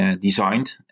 designed